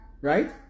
right